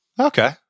Okay